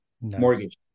mortgage